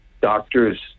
doctors